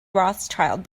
rothschild